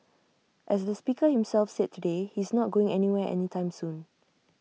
as the speaker himself said today he's not going anywhere any time soon